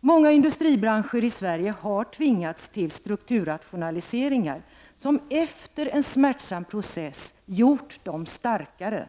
Många industribranscher i Sverige har tvingats till strukturrationaliseringar som efter en smärtsam process har gjort dem starkare.